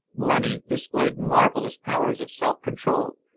blenny displayed marvellous powers of self-control,